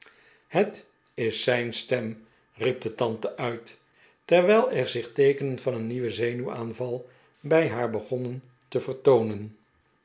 het is zijn stem riep de tante uit terwijl er zich teekenen van een nieuwen zenuwaanval bij haar begonnen te vertoonen